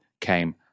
came